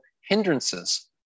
hindrances